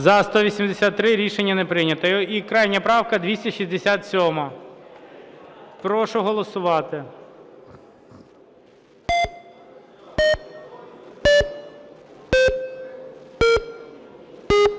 За-183 Рішення не прийнято. І крайня правка 267. Прошу голосувати.